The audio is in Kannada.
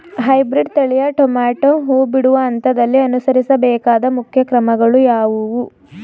ಹೈಬ್ರೀಡ್ ತಳಿಯ ಟೊಮೊಟೊ ಹೂ ಬಿಡುವ ಹಂತದಲ್ಲಿ ಅನುಸರಿಸಬೇಕಾದ ಮುಖ್ಯ ಕ್ರಮಗಳು ಯಾವುವು?